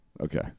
Okay